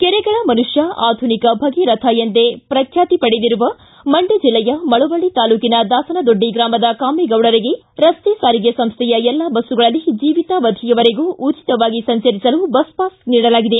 ಕೆರೆಗಳ ಮನುಷ್ಕ ಆಧುನಿಕ ಭಗೀರಥ ಎಂದೇ ಪ್ರಖ್ಯಾತಿ ಪಡೆದಿರುವ ಮಂಡ್ಯ ಜಿಲ್ಲೆಯ ಮಳವಳ್ಳ ತಾಲ್ಲೂಕಿನ ದಾಸನದೊಡ್ಡಿ ಗ್ರಾಮದ ಕಾಮೇಗೌಡರಿಗೆ ರಸ್ತೆ ಸಾರಿಗೆ ಸಂಸ್ಥೆಯ ಎಲ್ಲಾ ಬಸ್ಸುಗಳಲ್ಲಿ ಜೀವಿತಾವಧಿಯವರೆಗೂ ಉಚಿತವಾಗಿ ಸಂಚರಿಸಲು ಬಸ್ ಪಾಸ್ ನೀಡಲಾಗಿದೆ